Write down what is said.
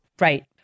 Right